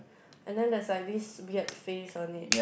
and then there's like this weird face on it